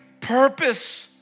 purpose